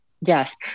Yes